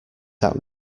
that